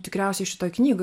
tikriausiai šitoj knygoj